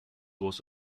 was